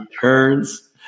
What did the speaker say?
turns